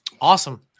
Awesome